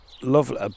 lovely